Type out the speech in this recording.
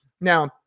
Now